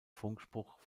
funkspruch